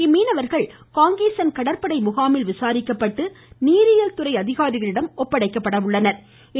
இம்மீனவர்கள் காங்கேசன் கடற்படை முகாமில் விசாரிக்கப்பட்டு நீரியல் துறை அதிகாரிகளிடம் ஒப்படைக்கப்பட உள்ளனர்